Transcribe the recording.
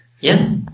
Yes